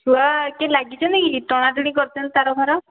ଛୁଆ କିଏ ଲାଗିଛନ୍ତି କି ଟଣା ଟଣି କରିଛନ୍ତି ତାର ଫାର